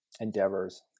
endeavors